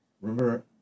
remember